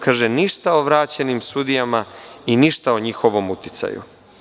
Kaže – ništa o vraćenim sudijama i ništa o njihovom uticaju.